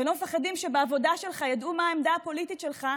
הם לא מפחדים שבעבודה ידעו מה העמדה הפוליטית שלהם,